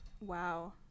Wow